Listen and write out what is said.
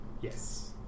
Yes